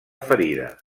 ferida